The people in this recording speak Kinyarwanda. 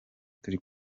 turi